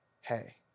hey